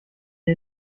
ihr